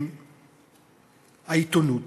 העיתונות.